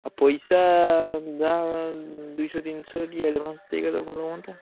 ଆ ପଇସା ଯାହା ଦୁଇଶହ ତିନିଶହ କି ଆଡ଼୍ଭାନ୍ସ୍ ଦେଇଗଲେ ଭଲ ହୁଅନ୍ତା